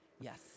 Yes